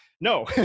no